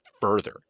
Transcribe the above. further